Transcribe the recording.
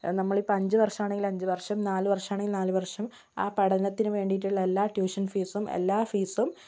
നമ്മളിപ്പം അഞ്ച് വർഷം ആണെങ്കിൽ അഞ്ച് വർഷം നാല് വർഷം ആണെങ്കിൽ നാല് വർഷം ആ പഠനത്തിന് വേണ്ടിട്ടുള്ള എല്ലാ ട്യൂഷൻ ഫീസും എല്ലാ ഫീസും